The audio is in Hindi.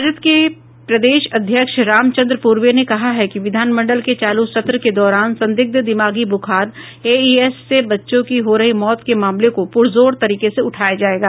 राजद के प्रदेश अध्यक्ष रामचन्द्र पूर्वे ने कहा कि विधानमंडल के चालू सत्र के दौरान संदिग्ध दिमागी बुखार एईएस से बच्चों की हो रही मौत के मामले को पुरजोर तरीके से उठाया जायेगा